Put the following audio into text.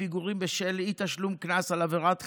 פיגורים בשל אי-תשלום קנס על עבירת חניה,